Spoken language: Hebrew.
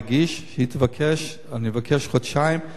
אני מבקש חודשיים לסכם את הנושא הזה,